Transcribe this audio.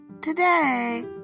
Today